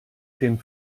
den